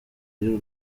y’u